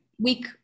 week